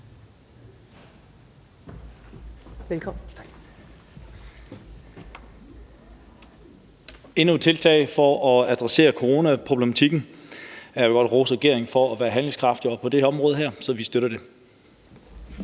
(NB): Endnu et tiltag for at adressere coronaproblematikken – jeg vil godt rose regeringen for at være handlekraftig også på det her område, så vi støtter det.